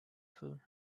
film